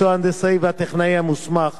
מקצוע ההנדסאי והטכנאי המוסמך